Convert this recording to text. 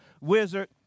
wizard